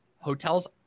hotels